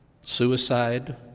suicide